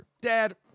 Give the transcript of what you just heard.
Dad